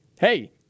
Hey